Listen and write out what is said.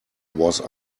was